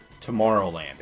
Tomorrowland